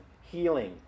healing